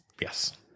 yes